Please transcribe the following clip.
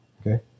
Okay